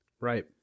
Right